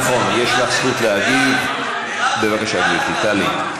נכון, יש לך זכות להגיב, בבקשה, גברתי, תעלי.